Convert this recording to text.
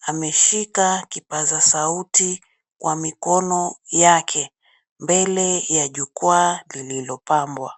ameshika kipazasauti kwa mikono yake mbele ya jukwaa lililopambwa.